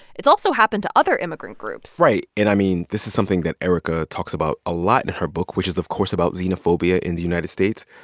it's also happened to other immigrant groups right. and i mean, this is something that erika talks about a lot in her book, which is, of course, about xenophobia in the united states.